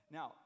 Now